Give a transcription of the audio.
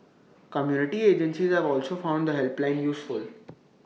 community agencies have also found the helpline useful